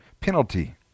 penalty